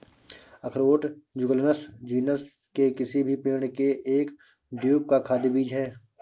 अखरोट Juglans genus के किसी भी पेड़ के एक ड्रूप का खाद्य बीज है